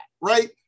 right